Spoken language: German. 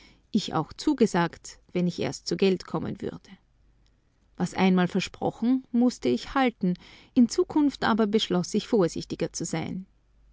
ich auch zugesagt wenn ich erst zu geld kommen würde was einmal versprochen mußte ich halten in zukunft aber beschloß ich vorsichtiger zu sein